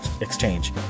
exchange